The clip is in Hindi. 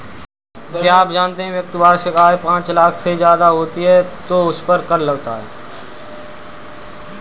क्या आप जानते है व्यक्ति की वार्षिक आय पांच लाख से ज़्यादा होती है तो उसपर कर लगता है?